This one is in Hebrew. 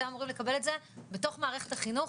אתם אמורים לקבל את זה בתוך מערכת החינוך,